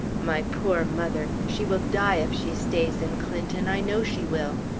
my poor mother! she will die if she stays in clinton, i know she will!